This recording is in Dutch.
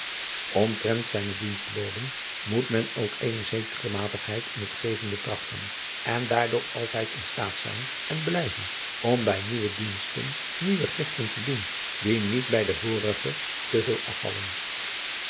mtrent zijne dienstboden moet men ook eene zekere matigheid in het geven betrachten en daardoor altijd in staat zijn en blijven om bij nieuwe diensten nieuwe giften te doen die niet bij de vorige te veel afvallen